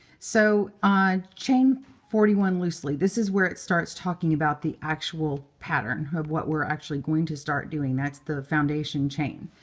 so chain forty one loosely. this is where it starts talking about the actual pattern of what we're actually going to start doing. that's the foundation chain,